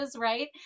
right